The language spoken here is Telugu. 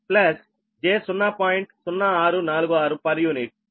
u